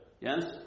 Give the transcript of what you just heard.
Yes